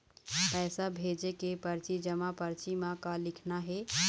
पैसा भेजे के परची जमा परची म का लिखना हे?